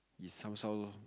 it's some how